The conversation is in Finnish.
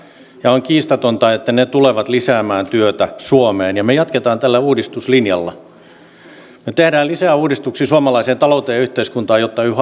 ja on kiistatonta että ne tulevat lisäämään työtä suomeen me jatkamme tällä uudistuslinjalla me teemme lisää uudistuksia suomalaiseen talouteen ja yhteiskuntaan jotta